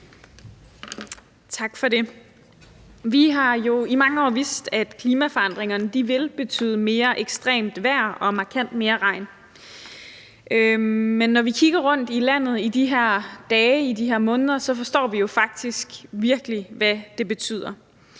Vi har jo i mange år vidst, at klimaforandringerne vil betyde mere ekstremt vejr og markant mere regn, men når vi kigger rundt i landet i de her dage i de her måneder, forstår vi jo faktisk virkelig, hvad det betyder.